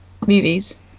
movies